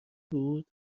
بود